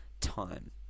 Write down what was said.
time